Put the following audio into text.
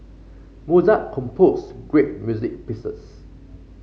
Mozart composed great music pieces